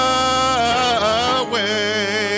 away